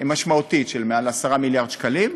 משמעותית של יותר מ-10 מיליארד שקלים,